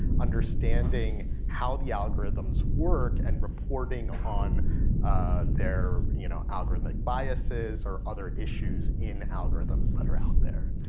understanding how the algorithms work, and reporting on there you know algorithmic biases or other issues in algorithms that are out there.